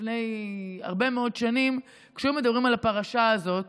לפני הרבה מאוד שנים, כשהיו מדברים על הפרשה הזאת,